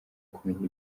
kumenya